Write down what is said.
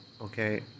okay